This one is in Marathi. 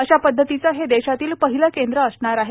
अशा पद्धतीचे हे देशातील पहिले केंद्र असणार आहे